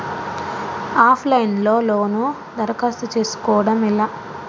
Of line లో loan దరఖాస్తు చేసుకోవడం ఎలా?